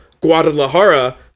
Guadalajara